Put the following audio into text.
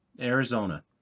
Arizona